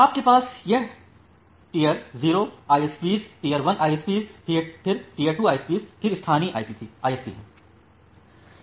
आपके पास यह टियर 0 आईएसपी टियर 1 आईएसपी फिर टियर 2 आईएसपी फिर स्थानीय आईएसपी है